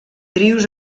trios